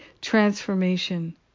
transformation